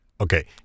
Okay